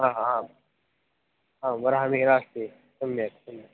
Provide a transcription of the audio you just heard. हा आं वराहमिहिरः अस्ति सम्यक् सम्यक्